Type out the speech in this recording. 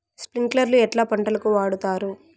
స్ప్రింక్లర్లు ఎట్లా పంటలకు వాడుతారు?